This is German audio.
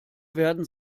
werden